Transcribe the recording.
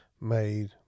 made